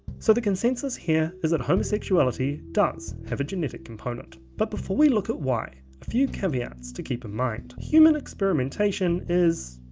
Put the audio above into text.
so the consensus here is that homosexuality does have a genetic component. but before we look at why, a few caveats to keep in mind. human experimentation is,